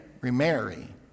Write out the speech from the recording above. remarry